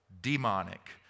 demonic